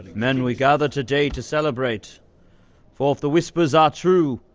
men, we gather today to celebrate for if the whispers are true,